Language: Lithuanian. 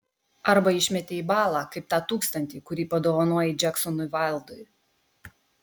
arba išmetei į balą kaip tą tūkstantį kurį padovanojai džeksonui vaildui